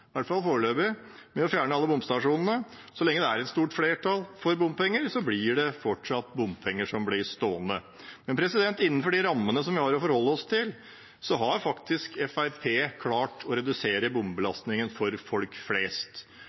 å fjerne alle bomstasjonene. Så lenge det er et stort flertall for bompenger, blir bomstasjonene fortsatt stående. Men innenfor de rammene vi har å forholde oss til, har faktisk Fremskrittspartiet klart å redusere bombelastningen for folk flest.